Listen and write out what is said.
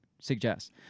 suggests